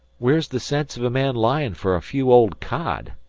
where's the sense of a man lyin' fer a few old cod?